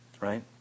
Right